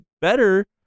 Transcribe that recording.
better